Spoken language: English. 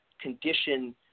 condition